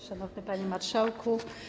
Szanowny Panie Marszałku!